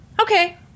okay